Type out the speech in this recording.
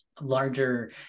Larger